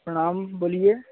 प्रणाम बोलिए